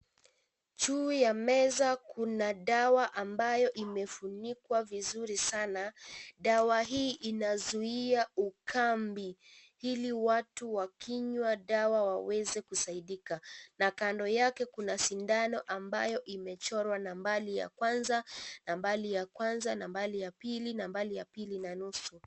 Ju ya meza kuna dawa ambayo imefunikwa vizuri sana. Dawa hii inazuia ukambi ili watu wakinywa dawa waweze kusaidika na kando yake kuna sindano ambayo imechorwa nambari ya kwanza, nambari ya kwanza, nambari ya pili, nambari ya pili na nusu.